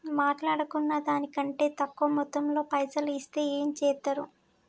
మాట్లాడుకున్న దాని కంటే తక్కువ మొత్తంలో పైసలు ఇస్తే ఏం చేత్తరు?